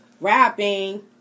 Rapping